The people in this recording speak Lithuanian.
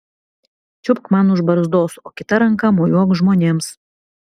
čiupk man už barzdos o kita ranka mojuok žmonėms